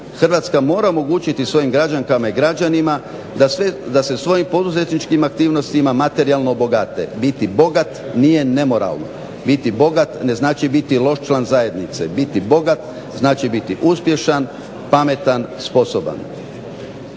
Hrvatska mora omogućiti svojim građankama i građanima da se svojim poduzetničkim aktivnostima materijalno obogate. Biti bogat nije nemoralno. Biti bogat ne znači biti loš član zajednice. Biti bogat znači biti uspješan, pametan, sposoban.